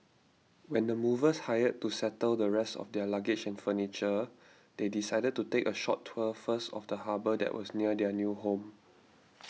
with the movers hired to settle the rest of their luggage and furniture they decided to take a short tour first of the harbour that was near their new home